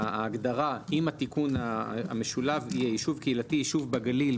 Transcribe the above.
ההגדרה עם התיקון המשולב תהיה: "יישוב קהילתי" יישוב בגליל,